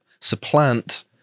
supplant